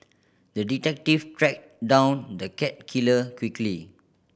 the detective tracked down the cat killer quickly